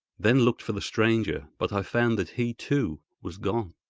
then looked for the stranger, but i found that he, too, was gone.